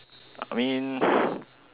I mean